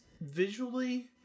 visually